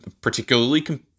particularly